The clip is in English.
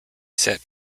set